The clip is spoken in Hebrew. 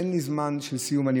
אין לי זמן של סיום.